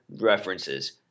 references